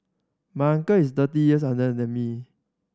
my uncle is thirty years younger than me